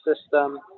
system